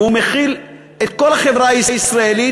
והוא מכיל את כל החברה הישראלית,